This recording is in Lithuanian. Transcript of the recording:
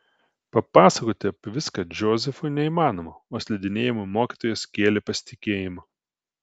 papasakoti apie viską džozefui neįmanoma o slidinėjimo mokytojas kėlė pasitikėjimą